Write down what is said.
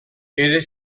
era